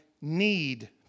need